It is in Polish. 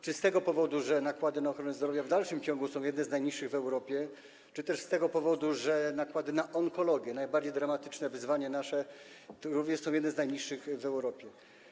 Czy to z tego powodu, że nakłady na ochronę zdrowia w dalszym ciągu są jednymi z najniższych w Europie, czy też z tego powodu, że nakłady na onkologię - nasze najbardziej dramatyczne wyzwanie - również są jednymi z najniższych w Europie?